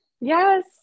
Yes